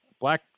black